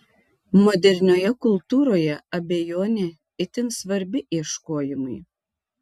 modernioje kultūroje abejonė itin svarbi ieškojimui